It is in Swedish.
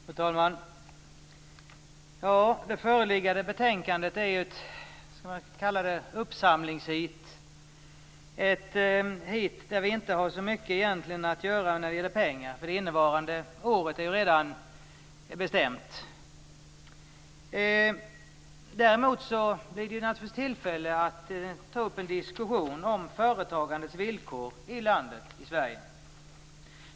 Fru talman! Det föreliggande betänkandet är ett uppsamlingsheat - ett heat där vi egentligen inte har så mycket att göra när det gäller pengar. Det innevarande årets budget är ju redan bestämd. Däremot blir det naturligtvis tillfälle att ta upp en diskussion om företagandets villkor i Sverige.